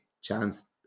chance